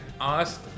asked